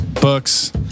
books